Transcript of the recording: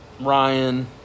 Ryan